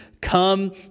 come